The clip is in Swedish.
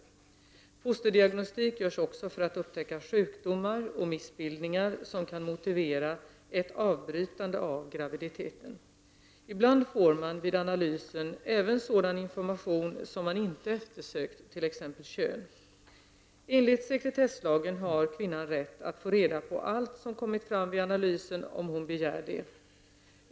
Fosterdiagnostik görs också för att upptäcka sjukdomar och missbildningar som kan motivera ett avbrytande av graviditeten. Ibland får man vid analysen även sådan information som man inte eftersökt, t.ex. kön. Enligt sekretesslagen har kvinnan rätt att få reda på allt som kommit fram vid analysen om hon begär det.